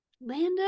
Lando